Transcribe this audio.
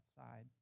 outside